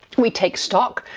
we take stock,